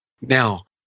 Now